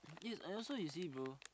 yes and also you see bro